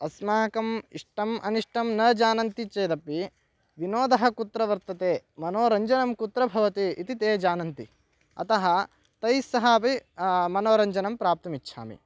अस्माकम् इष्टम् अनिष्टं न जानन्ति चेदपि विनोदः कुत्र वर्तते मनोरञ्जनं कुत्र भवति इति ते जानन्ति अतः तैः सह अपि मनोरञ्जनं प्राप्तुमिच्छामि